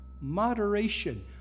moderation